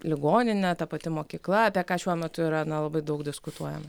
ligoninė ta pati mokykla apie ką šiuo metu yra na labai daug diskutuojama